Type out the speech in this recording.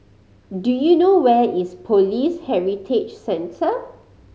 do you know where is Police Heritage Centre